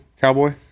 Cowboy